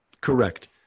Correct